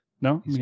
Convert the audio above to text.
No